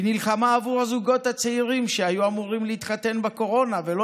היא נלחמה עבור הזוגות הצעירים שהיו אמורים להתחתן בקורונה ולא